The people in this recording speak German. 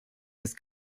des